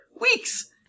weeks